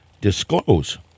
disclose